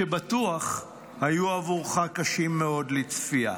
שבטוח היו עבורך קשים מאוד לצפייה.